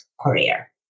career